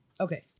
Okay